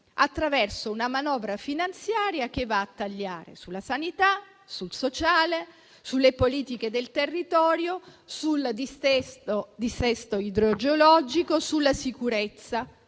attraverso una manovra finanziaria che va a tagliare sulla sanità, sul sociale, sulle politiche del territorio, sul dissesto idrogeologico e sulla sicurezza,